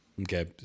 Okay